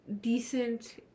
decent